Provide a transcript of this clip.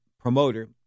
promoter